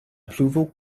pluvo